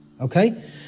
okay